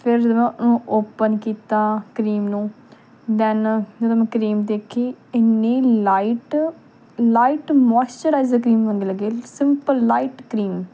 ਫਿਰ ਜਦੋਂ ਮੈਂ ਉਹਨੂੰ ਓਪਨ ਕੀਤਾ ਕਰੀਮ ਨੂੰ ਦੈਨ ਜਦੋ ਮੈਂ ਕਰੀਮ ਦੇਖੀ ਇੰਨੀ ਲਾਈਟ ਲਾਈਟ ਮੋਇਸਚਰਾਈਜ਼ਰ ਕਰੀਮ ਵਾਂਗੂ ਲੱਗੀ ਸਿੰਪਲ ਲਾਇਟ ਕਰੀਮ